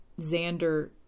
Xander